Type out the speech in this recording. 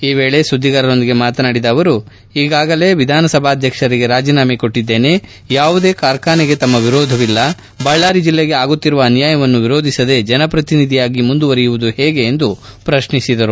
ಈ ವೇಳೆ ಸುದ್ದಿಗಾರರೊಂದಿಗೆ ಮಾತನಾಡಿದ ಅವರು ಈಗಾಗಲೇ ವಿಧಾನ ಸಭಾಧ್ಯಕ್ಷರಿಗೆ ರಾಜೀನಾಮೆ ಕೊಟ್ಟದ್ದೇನೆ ಯಾವುದೇ ಕಾರ್ಖಾನೆಗೆ ತಮ್ಮ ವಿರೋಧವಿಲ್ಲ ಬಳ್ಳಾರಿ ಜಿಲ್ಲೆಗೆ ಆಗುತ್ತಿರುವ ಅನ್ನಾಯವನ್ನು ವಿರೋಧಿಸದೇ ಜನಪ್ರತಿನಿಧಿಯಾಗಿ ಮುಂದುವರಿಯುವುದು ಹೇಗೆ ಎಂದು ಹೇಳಿದರು